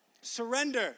Surrender